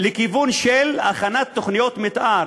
לכיוון של הכנת תוכניות מתאר